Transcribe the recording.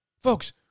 Folks